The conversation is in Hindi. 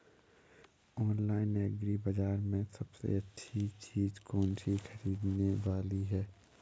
ऑनलाइन एग्री बाजार में सबसे अच्छी चीज कौन सी ख़रीदने वाली है?